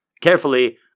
Carefully